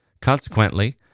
Consequently